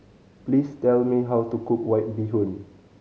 please tell me how to cook White Bee Hoon